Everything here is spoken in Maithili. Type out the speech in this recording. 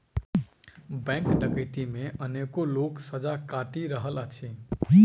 बैंक डकैती मे अनेको लोक सजा काटि रहल अछि